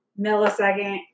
millisecond